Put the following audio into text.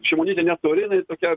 šimonytė neturi jinai tokia